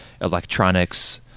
electronics